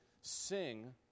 sing